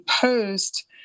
Post